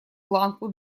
планку